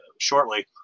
shortly